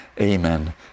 Amen